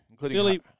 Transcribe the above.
Billy